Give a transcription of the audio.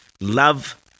love